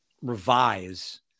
revise